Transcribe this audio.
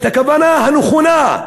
את הכוונה הנכונה.